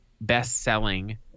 best-selling –